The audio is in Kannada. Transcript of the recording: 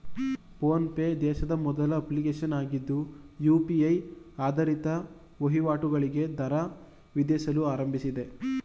ಫೋನ್ ಪೆ ದೇಶದ ಮೊದಲ ಅಪ್ಲಿಕೇಶನ್ ಆಗಿದ್ದು ಯು.ಪಿ.ಐ ಆಧಾರಿತ ವಹಿವಾಟುಗಳಿಗೆ ದರ ವಿಧಿಸಲು ಆರಂಭಿಸಿದೆ